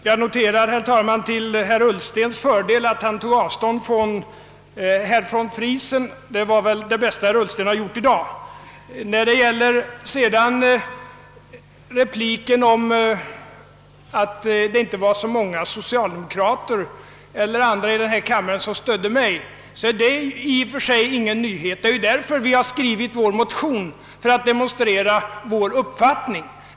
Herr talman! Jag noterar till herr Ullstens fördel att han tog avstånd från herr von Friesens uttalande. Det var väl det bästa herr Ullsten har gjort i dag. Att det inte var så många socialdemokrater eller andra i denna kammare som stödde mig är i och för sig ingen nyhet. Vi har ju skrivit vår motion för att demonstrera vår egen uppfattning.